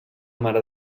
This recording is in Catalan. mare